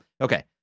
okay